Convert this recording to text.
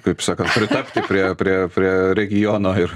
kaip sakant pritapti prie prie prie regiono ir